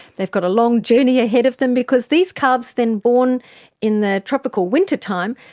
they've got a long journey ahead of them, because these calves then born in the tropical wintertime,